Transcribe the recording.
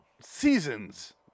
seasons